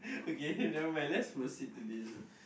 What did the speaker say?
okay never mind let's proceed to this